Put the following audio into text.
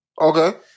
Okay